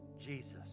Jesus